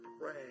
pray